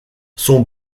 son